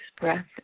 breath